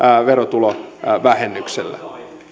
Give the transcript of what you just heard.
verotulovähennyksellä